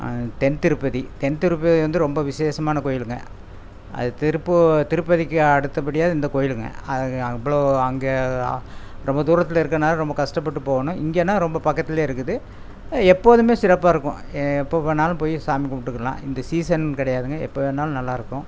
தென் திருப்பதி தென் திருப்பதி வந்து ரொம்ப விஷேஷமான கோவிலுங்க அது திருப்பூ திருப்பதிக்கு அடுத்தபடியாக இந்த கோவிலுங்க அதுக்கு அவ்வளோ அங்கே ஆ ரொம்ப தூரத்தில் இருக்கறனால ரொம்ப கஷ்டப்பட்டு போகணும் இங்கேன்னா ரொம்ப பக்கத்தில் இருக்குது எப்போதும் சிறப்பாக இருக்கும் ஏ எப்போ போனாலும் போய் சாமி கும்பிட்டுக்கிர்லாம் இந்த சீசன் கிடையாதுங்க எப்போ வேணாலும் நல்லாயிருக்கும்